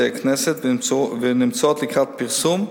על-ידי הכנסת והן נמצאות לקראת פרסום.